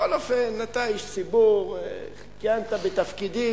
בכל אופן אתה איש ציבור, כיהנת בתפקידים,